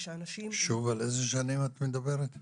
שוב, על איזה שנים את מדברת?